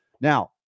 now